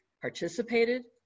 participated